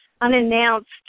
unannounced